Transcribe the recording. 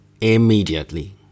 immediately